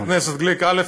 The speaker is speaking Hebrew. חבר הכנסת גליק, א.